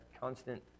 constant